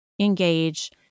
engage